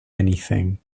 anything